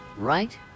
Right